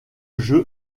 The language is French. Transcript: jeu